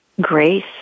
grace